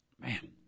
Man